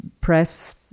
press